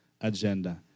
agenda